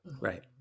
Right